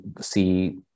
see